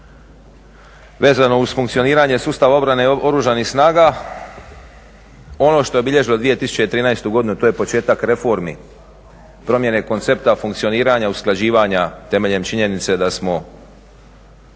Vezano uz funkcioniranje sustava obrane Oružanih snaga ono što je obilježilo 2013. godinu to je početak reformi promjene koncepta funkcioniranja, usklađivanja temeljem činjenice da smo